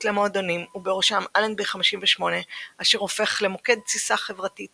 למועדונים ובראשם "אלנבי 58" אשר הופך למוקד תסיסה חברתית